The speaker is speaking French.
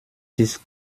six